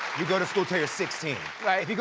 you go to school till you're sixteen right,